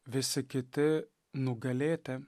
visi kiti nugalėti